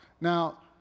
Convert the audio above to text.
Now